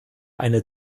eine